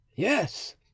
Yes